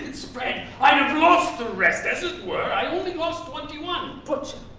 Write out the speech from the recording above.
and spread, i'd have lost the rest. as it were, i only lost twenty one. butcher.